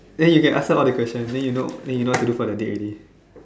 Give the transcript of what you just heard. then you can ask her all the questions then you know then you know what to do for the day already